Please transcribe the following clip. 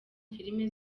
filime